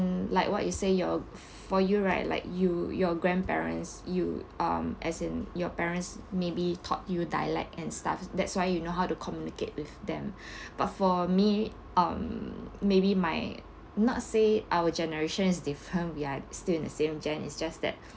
like what you say your for you right like you your grandparents you um as in your parents maybe taught you dialect and stuff that's why you know how to communicate with them but for me um maybe my not say our generation is different we are still in the same gen it's just that